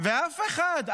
ואף אחד,